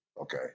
Okay